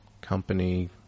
company